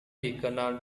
dikenal